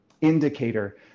indicator